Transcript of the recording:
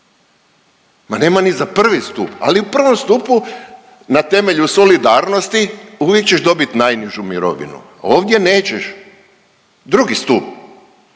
ma nema ga ni za prvi stup, ali u prvom stupu na temelju solidarnosti uvijek ćeš dobiti najnižu mirovinu, ovdje nećeš. Drugi stup